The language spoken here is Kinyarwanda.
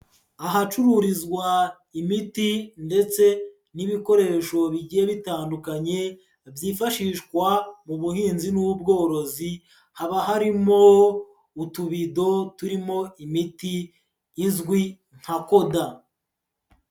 Ahacururizwa imiti ndetse n'ibikoresho bigiye bitandukanye byifashishwa mu buhinzi n'ubworozi, haba harimo utubido turimo imiti izwi nka koda.